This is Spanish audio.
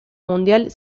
mundial